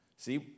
See